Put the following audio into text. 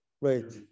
right